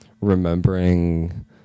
remembering